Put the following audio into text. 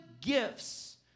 gifts